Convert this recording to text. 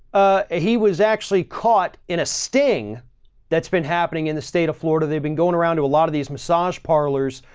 ah, he was actually caught in a sting that's been happening in the state of florida. they've been going around to a lot of these massage parlors,